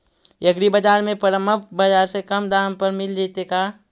एग्रीबाजार में परमप बाजार से कम दाम पर मिल जैतै का?